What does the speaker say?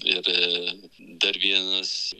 ir dar vienas